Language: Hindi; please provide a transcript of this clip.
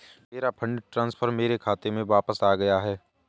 मेरा फंड ट्रांसफर मेरे खाते में वापस आ गया है